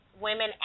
women